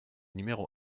numéro